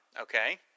okay